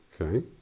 Okay